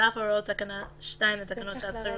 4. על אף הוראות תקנה 2 לתקנות שעת חירום --- זה צריך לרדת.